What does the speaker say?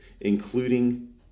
including